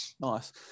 Nice